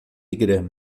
grama